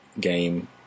game